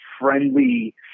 friendly